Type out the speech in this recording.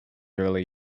early